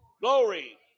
Glory